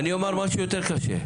אני אומר משהו יותר קשה,